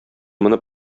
моны